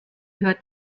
hört